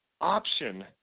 option